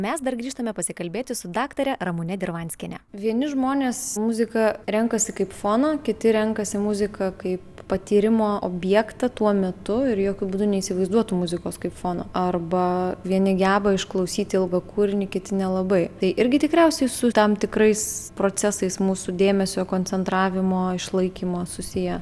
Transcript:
mes dar grįžtame pasikalbėti su daktare ramune dirvanskiene vieni žmonės muziką renkasi kaip foną kiti renkasi muziką kaip patyrimo objektą tuo metu ir jokiu būdu neįsivaizduotų muzikos kaip fono arba vieni geba išklausyti ilgą kūrinį kiti nelabai tai irgi tikriausiai su tam tikrais procesais mūsų dėmesio koncentravimo išlaikymo susiję